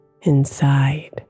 inside